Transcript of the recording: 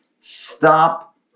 stop